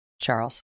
Charles